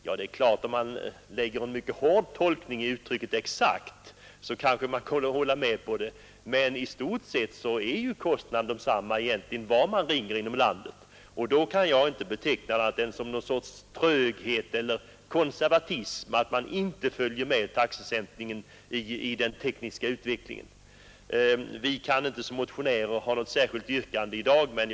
Ja, om man tolkar uttrycket exakt mycket hårt, så kan man kanske hålla med om det, men i stort sett är ju kostnaden egentligen densamma oavsett var man ringer inom landet, och då kan jag inte beteckna det som något annat än en sorts tröghet eller konservatism att man inte låter taxesättningen följa med i den tekniska utvecklingen.